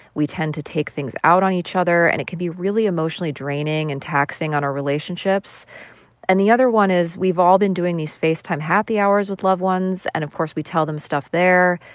we tend to take things out on each other, and it can be really emotionally draining and taxing on our relationships and the other one is, we've all been doing these facetime happy hours with loved ones, and of course we tell them stuff there.